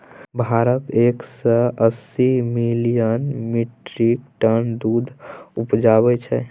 भारत एक सय अस्सी मिलियन मीट्रिक टन दुध उपजाबै छै